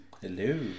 Hello